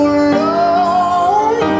alone